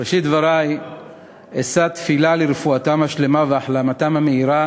בראשית דברי אשא תפילה לרפואתם השלמה והחלמתם המהירה